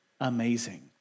amazing